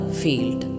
field